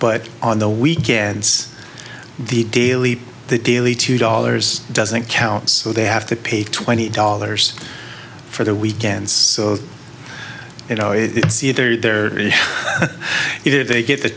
but on the weekends the daily the daily two dollars doesn't count so they have to pay twenty dollars for the weekends so you know it's either there if they get the